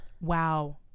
Wow